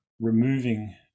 removing